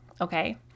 Okay